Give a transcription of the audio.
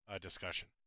discussion